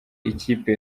ikipe